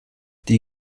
die